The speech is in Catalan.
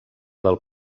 del